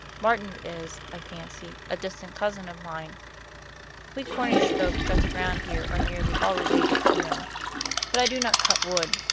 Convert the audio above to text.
martin is, i fancy, a distant cousin of mine we cornish folk just round here are nearly all related, you know but i do not cut wood.